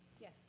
Yes